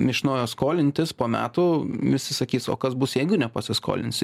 iš naujo skolintis po metų visi sakys o kas bus jeigu nepasiskolinsi